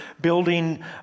building